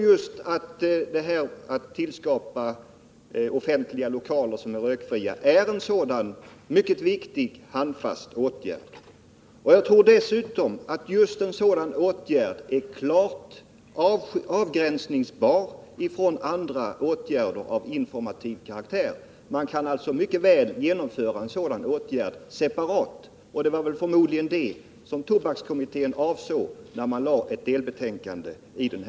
Just att tillskapa offentliga lokaler som är rökfria tror jag är en mycket viktig sådan åtgärd. Jag tror dessutom att just en sådan åtgärd är klart avgränsningsbar från åtgärder av informativ karaktär. Man kan alltså mycket väl genomföra en sådan åtgärd separat. Det var förmodligen detta som tobakskommittén avsåg när den lade fram ett delbetänkande i frågan.